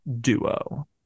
Duo